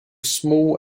small